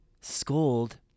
scold